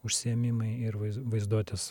užsiėmimai ir vaiz vaizduotės